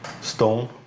stone